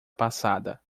passada